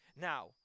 Now